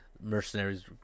mercenaries